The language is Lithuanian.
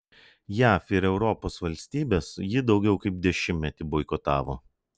jav ir europos valstybės jį daugiau kaip dešimtmetį boikotavo